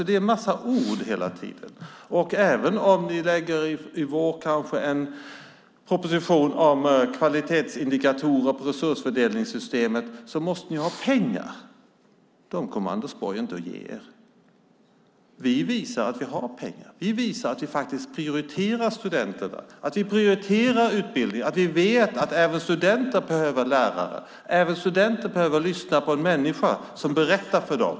Det är en massa ord hela tiden. Även om ni kanske i vår lägger fram en proposition om kvalitetsindikatorer i resursfördelningssystemet måste ni ha pengar. De kommer Anders Borg inte att ge er. Vi visar att vi har pengar och faktiskt prioriterar studenterna och utbildning. Vi vet att även studenter behöver lärare och behöver lyssna på en människa som berättar för dem.